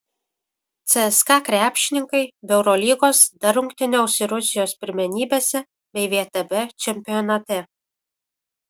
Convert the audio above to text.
cska krepšininkai be eurolygos dar rungtyniaus ir rusijos pirmenybėse bei vtb čempionate